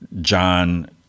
John